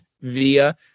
via